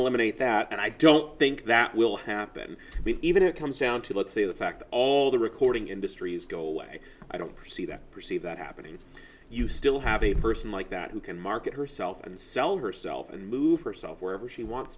eliminate that and i don't think that will happen even if it comes down to let's say the fact all the recording industry's go away i don't see that perceive that happening you still have a person like that who can market herself and sell herself and move herself wherever she wants